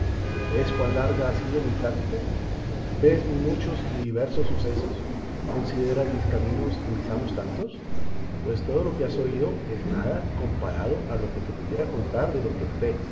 vees cuán larga ha sido mi plática vees mis muchos y diversos sucesos consideras mis caminos y mis amos tantos pues todo lo que has oído es nada comparado a lo que te pudiera contar de lo que noté